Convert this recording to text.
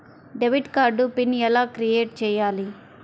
Debit card PIN ఎలా create చెయ్యాలి?